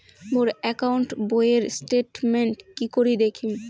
মোর account বইয়ের statement কি করি দেখিম?